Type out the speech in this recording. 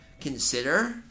consider